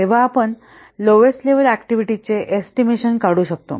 तेव्हा आपण lowest level activities चे एस्टिमेशन काढू शकतो